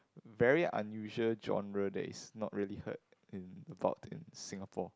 very unusual genre that is not really heard in about in Singapore